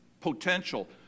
potential